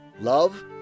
love